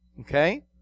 Okay